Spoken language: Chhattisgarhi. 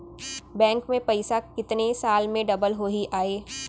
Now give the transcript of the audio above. बैंक में पइसा कितने साल में डबल होही आय?